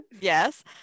yes